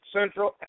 Central